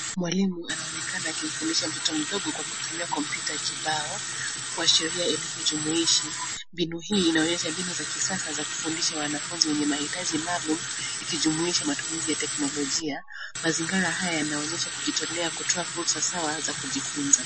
Mwalimu anaonekana akimfundisha mtoto mdogo kwa kutumia kopyuta kibao kwa sheria ya jumuishi, mbinu hii inaonyesha mbinu za kisasa za kufundisha wanafunzi wenye mahitaji maalum, ikijumuisha matumizi ya teknolojia. Mazingira haya yanaonyesha kujitolea kutoa fursa sawa za kujifunza.